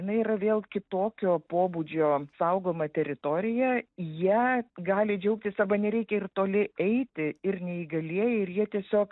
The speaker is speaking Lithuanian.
jinai yra vėl kitokio pobūdžio saugoma teritorija ja gali džiaugtis arba nereikia ir toli eiti ir neįgalieji ir jie tiesiog